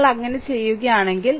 നിങ്ങൾ അങ്ങനെ ചെയ്യുകയാണെങ്കിൽ